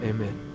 Amen